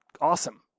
awesome